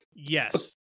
Yes